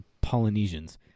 polynesians